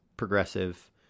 progressive